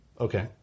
Okay